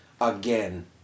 again